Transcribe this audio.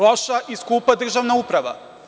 Loša i skupa državna uprava.